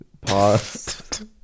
Pause